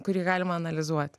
kurį galima analizuoti